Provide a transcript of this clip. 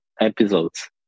episodes